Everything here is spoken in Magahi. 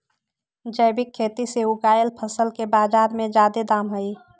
जैविक खेती से उगायल फसल के बाजार में जादे दाम हई